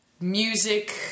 music